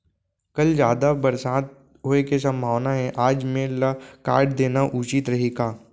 कल जादा बरसात होये के सम्भावना हे, आज मेड़ ल काट देना उचित रही का?